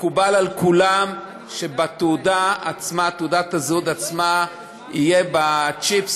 מקובל על כולם שבתעודת הזהות עצמה יהיה צ'יפ,